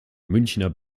münchener